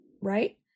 right